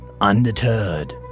Undeterred